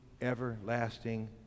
everlasting